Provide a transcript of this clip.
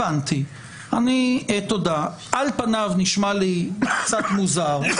על פניו נשמע לי קצת מוזר.